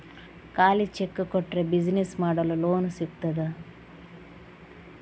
ಖಾಲಿ ಚೆಕ್ ಕೊಟ್ರೆ ಬಿಸಿನೆಸ್ ಮಾಡಲು ಲೋನ್ ಸಿಗ್ತದಾ?